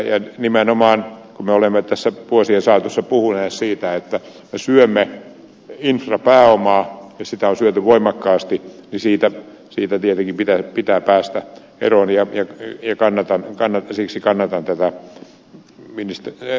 kun me olemme tässä vuosien saatossa puhuneet nimenomaan siitä että me syömme infrapääomaa ja sitä on syöty voimakkaasti niin siitä tietenkin pitää päästä eroon ja siksi kannatan tätä ed